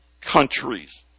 countries